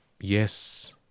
Yes